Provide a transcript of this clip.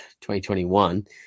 2021